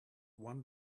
one